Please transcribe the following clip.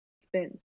Spin